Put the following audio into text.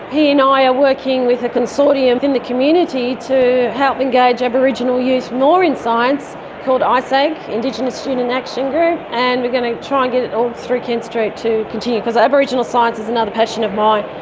he and i are working with a consortium in the community to help engage aboriginal youth more in science called ah isag, indigenous student action group, and we are going to try and get it all through kent street to continue, because aboriginal science is another passion of mine,